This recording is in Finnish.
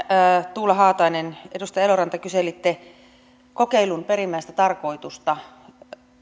tuula haatainen edustaja eloranta kyselitte kokeilun perimmäistä tarkoitusta